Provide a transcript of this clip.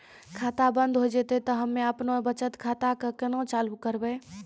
खाता बंद हो जैतै तऽ हम्मे आपनौ बचत खाता कऽ केना चालू करवै?